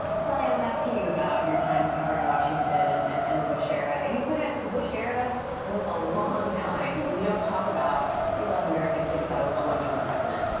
so yeah asking you about your time covering washington and and and the bush era. and you pointed out the bush era was a long time. and we we don't talk about like a lot of americans thinking about a one term president.